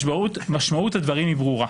משמעות הדברים היא ברורה.